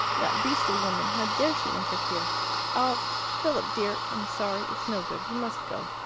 that beastly woman how dare she interfere i'll philip, dear, i'm sorry. it's no good. you must go.